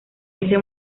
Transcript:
ese